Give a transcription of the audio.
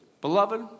Beloved